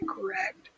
correct